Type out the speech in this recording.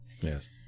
Yes